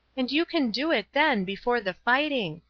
and you can do it then before the fighting.